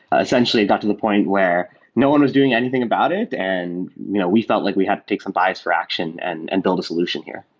essentially, i got to the point where no one was doing anything about it and you know we felt like we had to take some bias for action and and build a solution here.